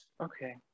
Okay